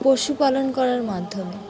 পশুপালন করার মাধ্যমে